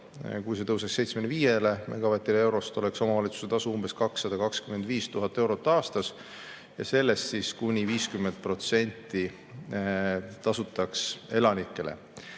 Kui see tõuseb 75 eurole megavatist, oleks omavalitsuse tasu umbes 225 000 eurot aastas ja sellest kuni 50% tasutaks elanikele.